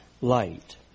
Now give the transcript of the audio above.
light